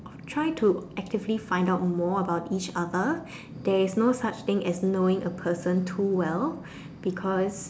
try to actively find out more about each other there is no such thing as knowing a person too well because